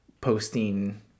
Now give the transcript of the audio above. posting